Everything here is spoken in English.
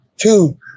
two